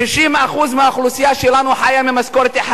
60% מהאוכלוסייה שלנו מתקיימת ממשכורת אחת,